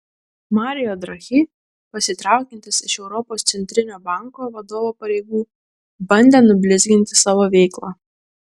mario draghi pasitraukiantis iš europos centrinio banko vadovo pareigų bandė nublizginti savo veiklą